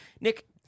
Nick